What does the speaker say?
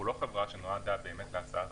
הוא לא חברה שנועדה להשאת רווחים,